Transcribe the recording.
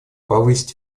повысить